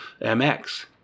MX